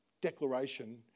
declaration